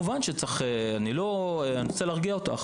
אני רוצה להרגיע אותך